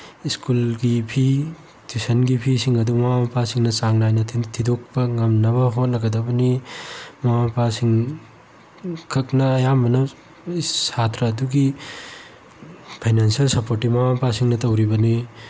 ꯁ꯭ꯀꯨꯜꯒꯤ ꯐꯤ ꯇ꯭ꯌꯨꯁꯟꯒꯤ ꯐꯤꯁꯤꯡ ꯑꯗꯨ ꯃꯃꯥ ꯃꯄꯥꯁꯤꯡꯅ ꯆꯥꯡ ꯅꯥꯏꯅ ꯊꯤꯗꯣꯛꯄ ꯉꯝꯅꯕ ꯍꯣꯠꯅꯒꯗꯕꯅꯤ ꯃꯃꯥ ꯃꯄꯥꯁꯤꯡ ꯈꯛꯅ ꯑꯌꯥꯝꯕꯅ ꯁꯥꯇ꯭ꯔ ꯑꯗꯨꯒꯤ ꯐꯩꯅꯥꯟꯁꯤꯌꯦꯜ ꯁꯄꯣꯔꯠꯇꯤ ꯃꯃꯥ ꯃꯄꯥꯁꯤꯡꯅ ꯇꯧꯔꯤꯕꯅꯤ